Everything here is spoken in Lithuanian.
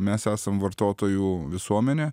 mes esam vartotojų visuomenė